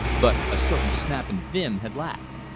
but a certain snap and vim had lacked.